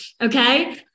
Okay